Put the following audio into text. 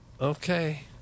Okay